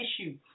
issue